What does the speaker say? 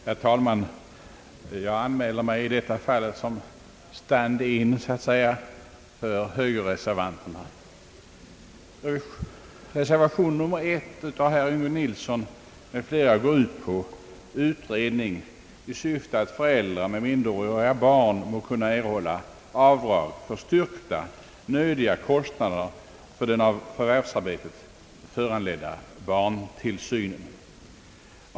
Herr talman! Jag anmäler mig i detta fall som »stand in« för högerreservanterna. Reservation nr 1 av herr Yngve Nilsson m.fl. går ut på utredning i syfte att föräldrar med minderåriga barn må kunna erhålla avdrag för styrkta nödiga kostnader för den av förvärvsarbetet föranledda barntillsynen.